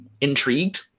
intrigued